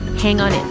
hang on